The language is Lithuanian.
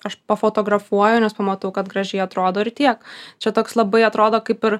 aš pafotografuoju nes pamatau kad gražiai atrodo ir tiek čia toks labai atrodo kaip ir